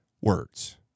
words